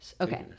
Okay